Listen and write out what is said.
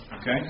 okay